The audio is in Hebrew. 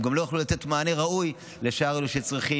הם לא יוכלו לתת מענה ראוי לשאר אלה שצריכים.